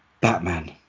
batman